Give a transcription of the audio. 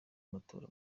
matora